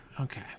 Okay